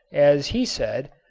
as he said,